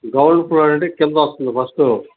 ground floor అంటే కిందస్తుంది first